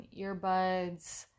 earbuds